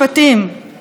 חברות וחברים.